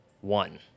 One